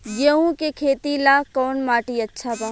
गेहूं के खेती ला कौन माटी अच्छा बा?